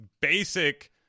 basic